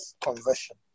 conversion